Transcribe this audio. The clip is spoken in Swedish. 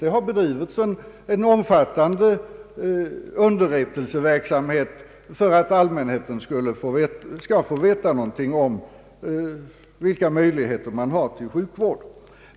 Det har bedrivits en omfattande underrättelseverksamhet för att allmänheten skall få veta något om vilka möjligheter den har till sjukvård.